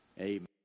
Amen